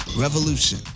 revolution